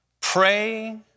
pray